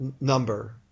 number